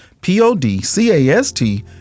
P-O-D-C-A-S-T